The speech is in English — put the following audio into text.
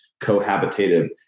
cohabitative